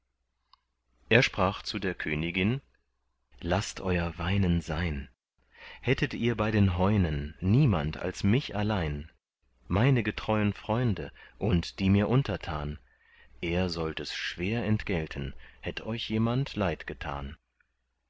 er sprach zu der königin laßt euer weinen sein hättet ihr bei den heunen niemand als mich allein meine getreuen freunde und die mir untertan er sollt es schwer entgelten hätt euch jemand leid getan